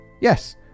Yes